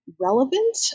relevant